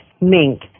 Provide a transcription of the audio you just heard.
mink